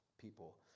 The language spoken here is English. people